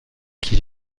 qui